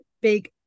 big